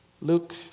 Luke